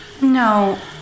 No